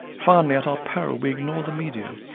finally, at our peril we ignore the media,